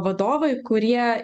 vadovai kurie